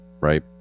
right